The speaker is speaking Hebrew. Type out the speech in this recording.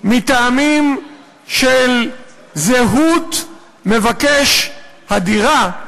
מטעמים של זהות מבקש הדירה,